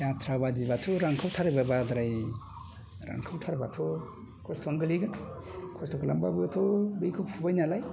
जाद्रायाबायदिबाथ' रानख्र'बथारोबा बाराद्राय रानख्रावथारोबाथ' खस्थ'आनो गोग्लैगोन खस्थ' खालामबाबोथ' बैखौ फोबाय नालाय